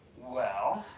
well,